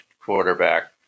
quarterback